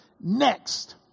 Next